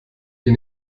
ihr